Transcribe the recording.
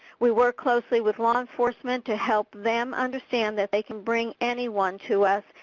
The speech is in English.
we work closely with law enforcement to help them understand that they can bring anyone to us,